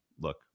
look